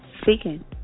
Speaking